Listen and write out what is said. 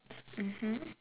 mmhmm